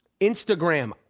Instagram